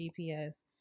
GPS